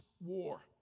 war